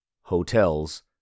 hotels